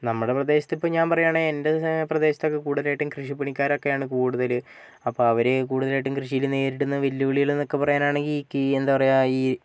നമ്മുടെ പ്രദേശത്തിപ്പോൾ ഞാൻ പറയാണെൽ എൻ്റെ പ്രദേശത്തൊക്കെ കൂടുതലായിട്ടും കൃഷിപ്പണിക്കാരൊക്കെയാണ് കൂടുതൽ അപ്പോൾ അവർ കൂടുതലായിട്ടും കൃഷിയിൽ നേരിടുന്ന വെല്ലുവിളികളെന്നൊക്കെ പറയാനാണെങ്കിൽ ഈ കീ എന്താ പറയാ